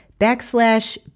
backslash